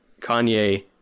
Kanye